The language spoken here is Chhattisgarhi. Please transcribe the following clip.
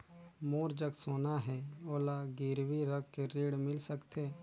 मोर जग सोना है ओला गिरवी रख के ऋण मिल सकथे?